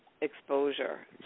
exposure